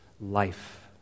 life